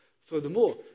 Furthermore